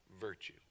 virtue